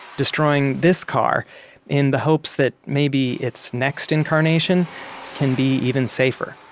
destroying this car in the hopes that maybe it's next incarnation can be even safer